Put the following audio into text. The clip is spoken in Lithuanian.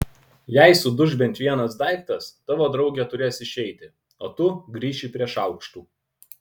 jei suduš bent vienas daiktas tavo draugė turės išeiti o tu grįši prie šaukštų